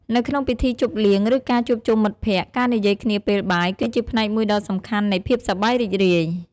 នៅក្នុងពិធីជប់លៀង ឬការជួបជុំមិត្តភក្តិ ការនិយាយគ្នាពេលបាយ គឺជាផ្នែកមួយដ៏សំខាន់នៃភាពសប្បាយរីករាយ។